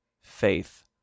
faith